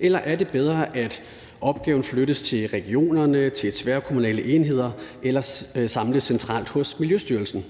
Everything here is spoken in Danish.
Eller er det bedre, at opgaven flyttes til regionerne, til tværkommunale enheder eller samles centralt hos Miljøstyrelsen?